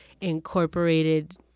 incorporated